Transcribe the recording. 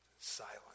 silent